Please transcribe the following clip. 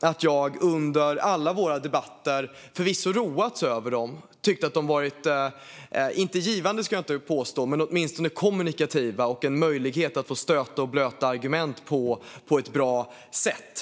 att jag under alla våra debatter förvisso har roats av dem och har tyckt att de har varit kanske inte givande men åtminstone kommunikativa. Det har varit en möjlighet att få stöta och blöta argument på ett bra sätt.